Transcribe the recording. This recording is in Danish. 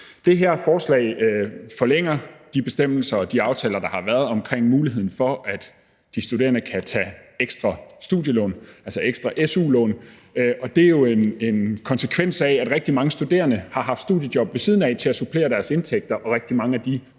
Det her forslag forlænger de bestemmelser og de aftaler, der har været, om muligheden for, at de studerende kan tage ekstra studielån, altså ekstra su-lån. Og det er jo en konsekvens af, at rigtig mange studerende har haft studiejob ved siden af til at supplere deres indtægter, og at rigtig mange af de